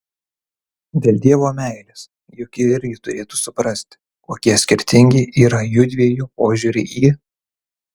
dėl dievo meilės juk ji irgi turėtų suprasti kokie skirtingi yra jųdviejų požiūriai į